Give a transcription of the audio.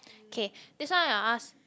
K this one I'll ask